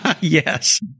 Yes